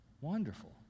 wonderful